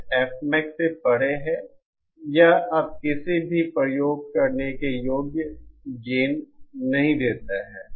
यह Fmax से परे है यह अब किसी भी प्रयोग करने योग्य गेन नहीं देता है